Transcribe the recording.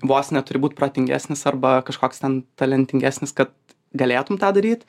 vos neturi būt protingesnis arba kažkoks ten talentingesnis kad galėtum tą daryt